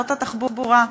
זאת התחבורה.